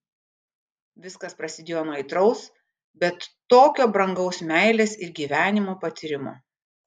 viskas prasidėjo nuo aitraus bet tokio brangaus meilės ir gyvenimo patyrimo